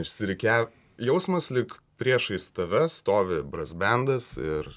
išsirikiav jausmas lyg priešais tave stovi brasbendas ir